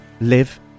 live